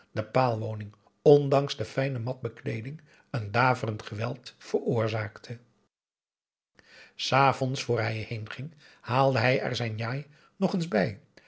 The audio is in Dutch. der paalwoning ondanks de fijne matbedekking een daverend geweld veroorzaakte s avonds voor hij heenging haalde hij er zijn njai nog eens bij